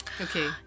Okay